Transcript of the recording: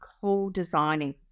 co-designing